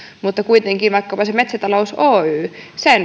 että kuitenkin sen metsätalous oyn